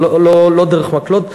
לא דרך מקלות,